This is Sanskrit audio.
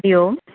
हरिः ओं